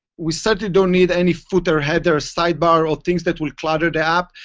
we certainly don't need any footer, header, sidebar, or things that will clutter the app.